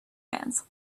fans